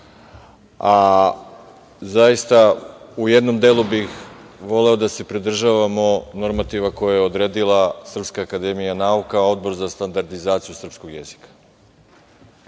a zaista u jednom delu bih voleo da se pridržavamo normativa koje je odredila SANU Odbor za standardizaciju srpskog jezika.